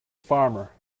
farmer